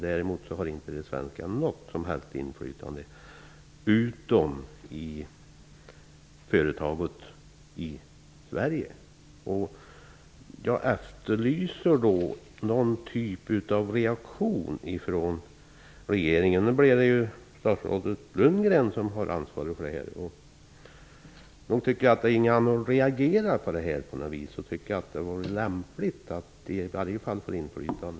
Där emot har inte de svenska intressena något som helst inflytande, utom i företaget i Sverige. Jag efterlyser då någon typ av reaktion från re geringen. Nu är det ju statsrådet Lundgren som har ansvaret, och jag tycker att det vore lämpligt att reagera över detta. Det vore rimligt att de an ställda i varje fall får inflytande.